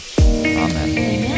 Amen